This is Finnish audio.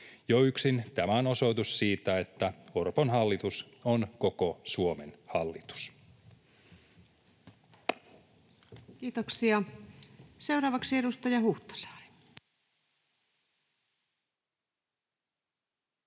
Jo yksin tämä on osoitus siitä, että Orpon hallitus on koko Suomen hallitus. Kiitoksia. — Seuraavaksi edustaja Huhtasaari.